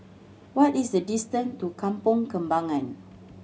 what is the distance to Kampong Kembangan